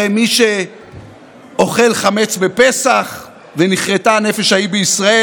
הרי מי שאוכל חמץ בפסח, ונכרתה הנפש ההיא בישראל.